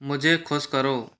मुझे खुश करो